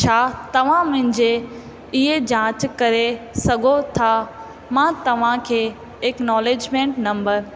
छा तव्हां मुंहिंजे इहा जांच अरे सघो था मां तव्हां खे इकनोलेजमेंट नंबर